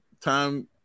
time